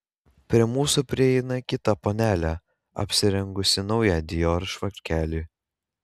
prie mūsų prieina kita panelė apsirengusi naują dior švarkelį